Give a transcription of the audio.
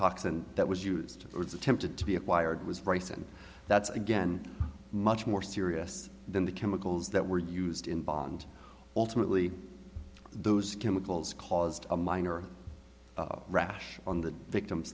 toxin that was used was attempted to be acquired was raisen that's again much more serious than the chemicals that were used in bond ultimately those chemicals caused a minor rash on the victim